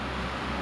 when